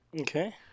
Okay